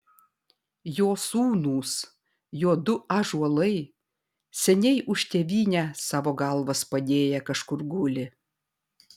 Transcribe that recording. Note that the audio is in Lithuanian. jo sūnūs jo du ąžuolai seniai už tėvynę savo galvas padėję kažkur guli